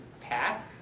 path